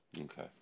Okay